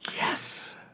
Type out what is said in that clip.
Yes